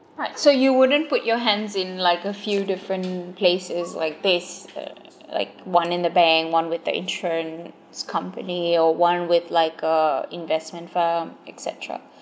right so you wouldn't put your hands in like a few different places like this uh like one in the bank one with the insurance company or one with like a investment firm et cetera